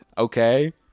Okay